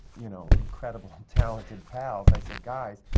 you know, incredible talented pals, i said, guys,